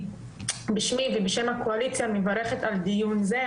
בשמי ובשם הקואליציה אני מברכת על דיון זה,